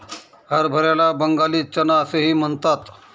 हरभऱ्याला बंगाली चना असेही म्हणतात